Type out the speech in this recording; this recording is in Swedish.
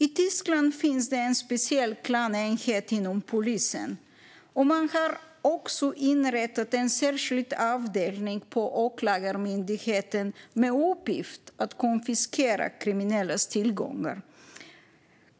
I Tyskland finns det en speciell klanenhet inom polisen. Man har också inrättat en särskild avdelning på åklagarmyndigheten med uppgift att konfiskera kriminellas tillgångar.